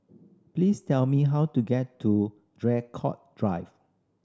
please tell me how to get to Draycott Drive